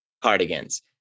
cardigans